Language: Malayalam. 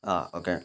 ആ ഓക്കെ